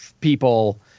people